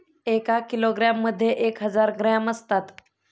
एका किलोग्रॅम मध्ये एक हजार ग्रॅम असतात